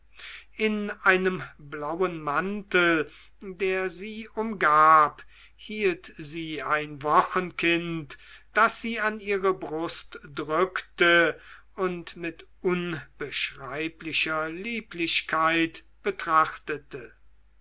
in einem blauen mantel der sie umgab hielt sie ein wochenkind das sie an ihre brust drückte und mit unbeschreiblicher lieblichkeit betrachtete